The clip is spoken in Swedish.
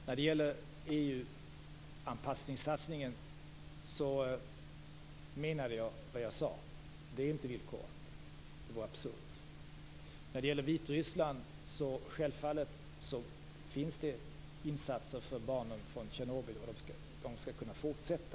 Fru talman! Jag menade vad jag sade om satsningen på EU-anpassningen. Den är inte villkorad. Det vore absurt. Det görs självfallet insatser för barnen från Tjernobyl. De skall kunna fortsätta.